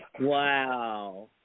Wow